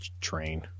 train